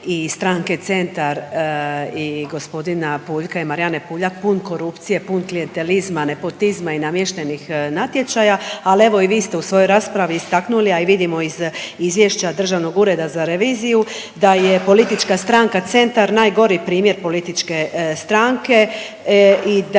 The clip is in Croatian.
i Stranke Centar i g. Puljka i Marijane Puljak pun korupcije, pun klijentelizma, nepotizma i namještenih natječaja, al evo i vi ste u svojoj raspravi istaknuli, a vidimo iz Izvješća Državnog ureda za reviziju da je politička stranka Centar najgori primjer političke stranke i da